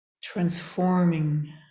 transforming